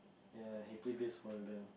ya he play bass for the band